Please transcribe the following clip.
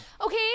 Okay